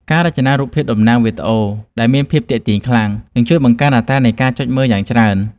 ការរចនារូបភាពតំណាងវីដេអូ ដែលមានភាពទាក់ទាញខ្លាំង នឹងជួយបង្កើនអត្រានៃការចុចមើលយ៉ាងច្រើន។